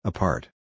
Apart